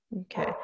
Okay